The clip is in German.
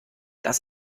das